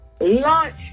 launch